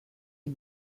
est